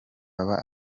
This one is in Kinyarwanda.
baba